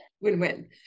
win-win